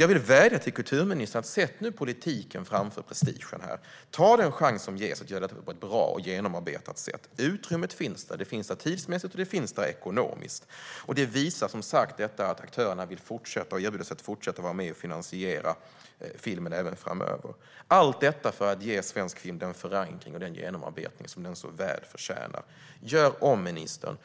Jag vill vädja till kulturministern att nu sätta politiken framför prestigen. Ta den chans som ges att göra detta på ett bra och genomarbetat sätt! Utrymmet finns, både tidsmässigt och ekonomiskt. Det visas som sagt av att aktörerna erbjuder sig att fortsätta vara med och finansiera filmen även framöver, allt för att ge svensk film den förankring och genomarbetning som den så väl förtjänar. Gör om, ministern!